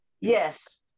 Yes